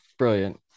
Brilliant